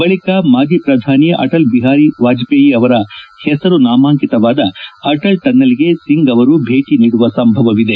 ಬಳಕ ಮಾಜಿ ಪ್ರಧಾನಿ ಅಟಲ್ ಬಿಹಾರಿ ವಾಜಹೇಯಿ ಅವರ ಹೆಸರು ನಾಮಾಂಕಿತವಾದ ಅಟಲ್ ಟನಲ್ಗೆ ಸಿಂಗ್ ಅವರು ಭೇಟಿ ನೀಡುವ ಸಂಭವವಿದೆ